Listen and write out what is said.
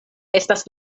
estas